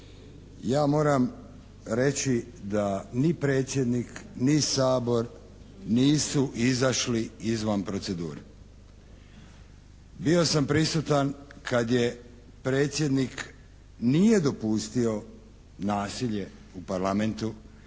Ja moram reći da ni predsjednik ni Sabor nisu izašli izvan procedure. Bio sam prisutan kad je predsjednik, nije dopustio nasilje u Parlamentu.